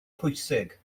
pwysig